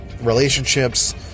relationships